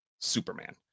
superman